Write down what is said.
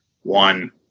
one